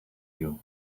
you